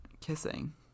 kissing